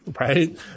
Right